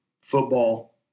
football